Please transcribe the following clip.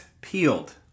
peeled